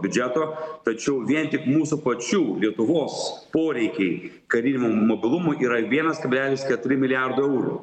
biudžeto tačiau vien tik mūsų pačių lietuvos poreikiai kariniam mobilumui yra vienas kablelis keturi milijardo eurų